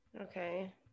Okay